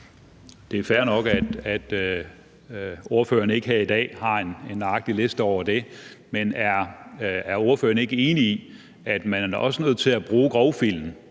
Det er fair nok, at ordføreren ikke her i dag har en nøjagtig liste over det, men er ordføreren ikke enig i, at man også er nødt til at bruge grovfilen